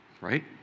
Right